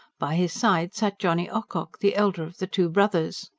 by his side sat johnny ocock, the elder of the two brothers.